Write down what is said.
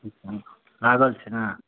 छिटकिली लागल छै ने